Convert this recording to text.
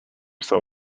some